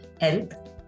health